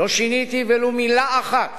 לא שיניתי ולו מלה אחת